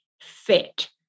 fit